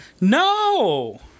No